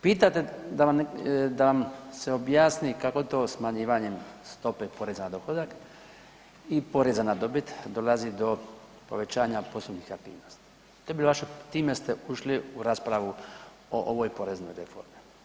Pitate da vam se objasni kako to smanjivanjem stope poreza na dohodak i poreza na dobit dolazi do povećanja poslovnih aktivnosti,. time ste ušli u raspravu o ovoj poreznoj reformi.